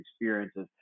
experiences